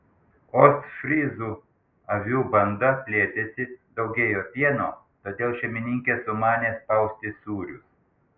ostfryzų avių banda plėtėsi daugėjo pieno todėl šeimininkė sumanė spausti sūrius